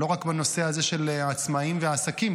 לא רק בנושא של עצמאים ועסקים,